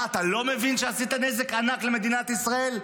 מה, אתה לא מבין שעשית נזק ענק למדינת ישראל?